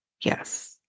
yes